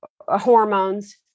hormones